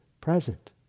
present